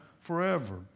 forever